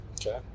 Okay